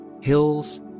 hills